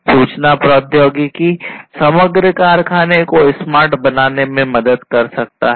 सूचना प्रौद्योगिकी समग्र कारखाने को स्मार्ट बनाने में मदद कर सकता है